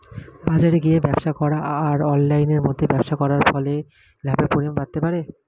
বাজারে গিয়ে ব্যবসা করা আর অনলাইনের মধ্যে ব্যবসা করার ফলে লাভের পরিমাণ বাড়তে পারে?